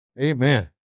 amen